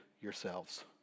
yourselves